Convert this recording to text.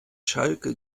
schalke